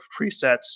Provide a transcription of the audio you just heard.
presets